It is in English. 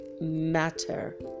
Matter